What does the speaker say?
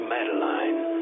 Madeline